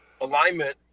alignment